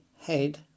Head